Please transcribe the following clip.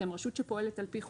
אתם רשות שפועלת על פי חוק,